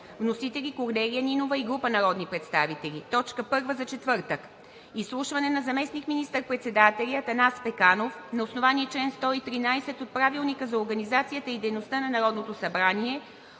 Вносители: Корнелия Нинова и група народни представители – точка първа за четвъртък. 8. Изслушване на заместник министър-председателя Атанас Пеканов на основание чл. 113 от Правилника за организацията и дейността на Народното събрание